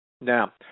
Now